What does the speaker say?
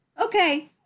okay